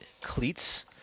cleats